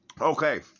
Okay